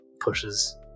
pushes